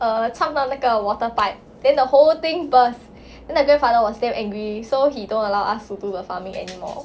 err 闯到那个 water pipe then the whole thing burst then the grandfather was damn angry so he don't allow us to do the farming anymore